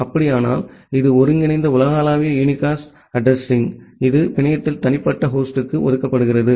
அப்படியானால் இது ஒருங்கிணைந்த உலகளாவிய யூனிகாஸ்ட் அட்ரஸிங் இது பிணையத்தில் தனிப்பட்ட ஹோஸ்டுக்கு ஒதுக்கப்படுகிறது